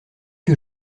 que